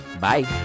bye